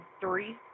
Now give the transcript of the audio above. three